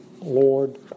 Lord